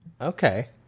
Okay